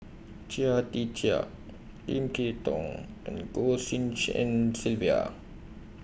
Chia Tee Chiak Lim Kay Tong and Goh Tshin En Sylvia